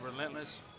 Relentless